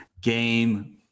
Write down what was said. game